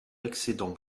l’excédent